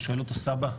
והוא שואל אותו 'סבא,